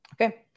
Okay